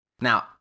Now